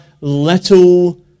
little